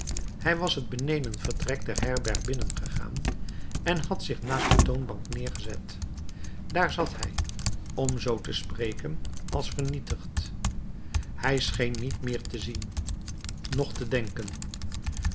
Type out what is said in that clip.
hij was het benedenvertrek der herberg binnengegaan en had zich naast de toonbank neergezet daar zat hij om zoo te spreken als vernietigd hij scheen niet meer te zien noch te denken